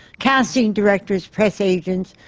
casting directors, press agents,